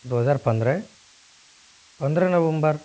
दो हज़ार पंद्रह पंद्रह नवम्बर